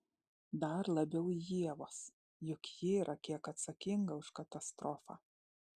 dar labiau ievos juk ji yra kiek atsakinga už katastrofą